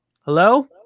Hello